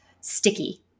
sticky